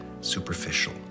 superficial